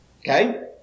Okay